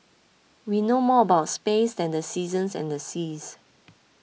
we know more about space than the seasons and the seas